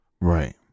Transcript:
Right